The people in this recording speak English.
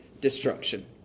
destruction